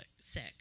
sick